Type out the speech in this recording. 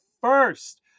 first